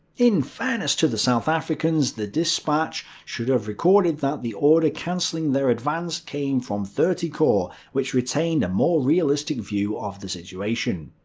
in fairness to the south africans, the despatch should have recorded that the order cancelling their advance came from thirtieth corps, which retained a more realistic view of the situation.